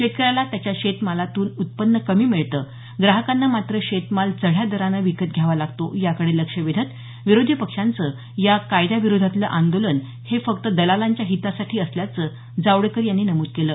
शेतकऱ्याला त्याच्या शेतमालातून उत्पन्न कमी मिळतं ग्राहकांना मात्र शेतमाल चढ्या दरानं विकत घ्यावा लागतो याकडे लक्ष वेधत विरोधी पक्षांचं या कायद्याविरोधातलं आंदोलन हे फक्त दलालांच्या हितासाठी असल्याचं जावडेकर यांनी नमूद केलं